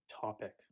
topic